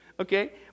Okay